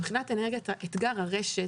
מבחינת אתגר הרשת,